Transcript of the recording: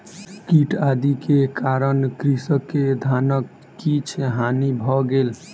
कीट आदि के कारण कृषक के धानक किछ हानि भ गेल